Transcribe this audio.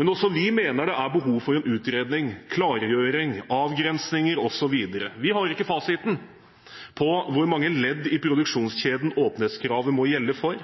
men også vi mener det er behov for en utredning, en klargjøring, avgrensninger osv. Vi har ikke fasiten på hvor mange ledd i produksjonskjeden åpenhetskravet må gjelde for.